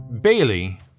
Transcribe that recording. Bailey